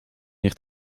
hier